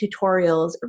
tutorials